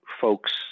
folks